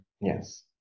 Yes